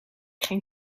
geen